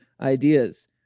ideas